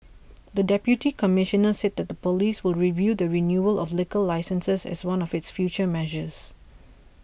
the Deputy Commissioner said that the police will review the renewal of liquor licences as one of its future measures